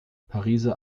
pariser